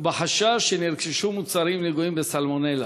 ובחשש שנרכשו מוצרים נגועים בסלמונלה.